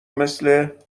مثل